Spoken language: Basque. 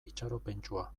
itxaropentsua